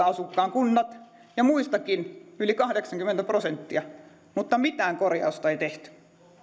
asukkaan kunnat ja muistakin yli kahdeksankymmentä prosenttia mutta mitään korjausta ei tehty